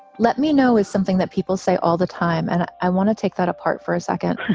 let me know is something that people say all the time. and i want to take that apart for a second.